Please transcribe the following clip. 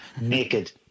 naked